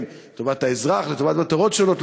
לטובת האזרח או לטובת מטרות שונות,